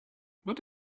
what